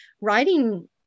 writing